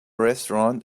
restaurant